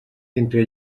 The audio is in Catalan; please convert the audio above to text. entre